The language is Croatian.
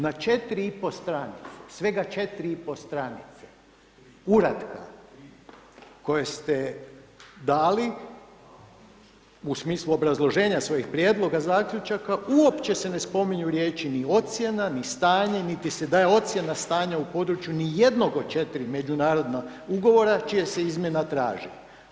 Na četiri i pol stranice, svega četiri i pol stranice, uratka koje ste dali u smislu obrazloženja svojih prijedloga zaključaka, uopće se ne spominju riječi ni ocjena, ni stanje, niti se daje ocjena stanja u području ni jednog od četiri međunarodna ugovora čija se izmjena traži.